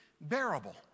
bearable